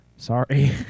sorry